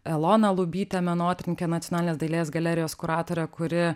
elona lubytė menotyrininkė nacionalinės dailės galerijos kuratorė kuri